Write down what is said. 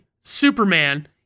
Superman